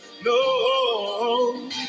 No